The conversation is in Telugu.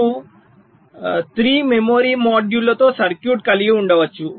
మీరు 3 మెమరీ మాడ్యూళ్ళతో సర్క్యూట్ కలిగి ఉండవచ్చు